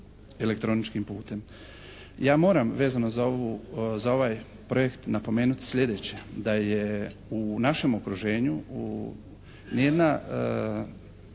elektroničkim putem. Ja moram vezano za ovu, za ovaj projekt napomenuti sljedeće: da je u našem okruženju, u, nijedna